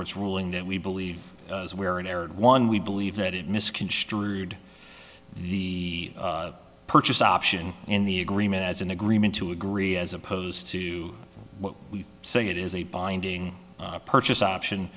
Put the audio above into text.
court's ruling that we believe we are in error one we believe that it misconstrued the purchase option in the agreement as an agreement to agree as opposed to what we say it is a binding purchase option